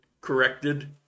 corrected